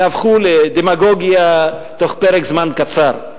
יהפכו לדמגוגיה תוך פרק זמן קצר,